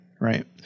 right